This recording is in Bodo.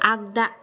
आगदा